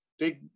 Take